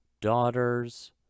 daughters